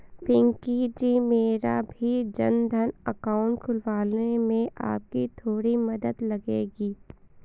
पिंकी जी मेरा भी जनधन अकाउंट खुलवाने में आपकी थोड़ी मदद लगेगी